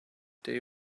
they